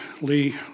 Lee